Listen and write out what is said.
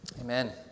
Amen